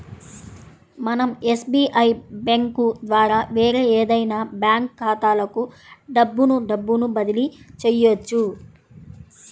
మనం SBI bank ద్వారా వేరే ఏదైనా బ్యాంక్ ఖాతాలకు డబ్బును డబ్బును బదిలీ చెయ్యొచ్చు